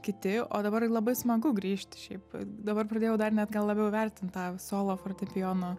kiti o dabar labai smagu grįžti šiaip dabar pradėjau dar net gal labiau vertint tą solo fortepijonu